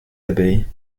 abeilles